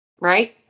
Right